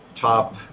top